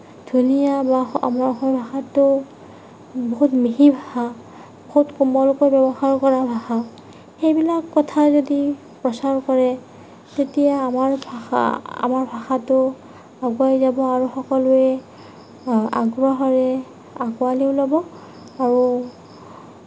ধুনীয়া বা আমাৰ অসমীয়া ভাষাটো বহুত মিহি ভাষা খুব সুন্দৰৰূপে ব্যৱহাৰ কৰা ভাষা সেইবিলাক কথা যদি প্ৰচাৰ কৰে তেতিয়া আমাৰ ভাষা আমাৰ ভাষাটো আগুৱাই যাব আৰু সকলোৱে আগ্ৰহেৰে আকোঁৱালি ল'ব আৰু